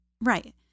Right